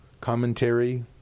commentary